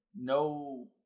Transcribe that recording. no